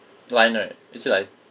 line right is it line